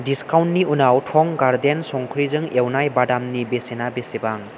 डिस्काउन्टनि उनाव टं गार्डेन संख्रिजों एवनाय बादामनि बेसेना बेसेबां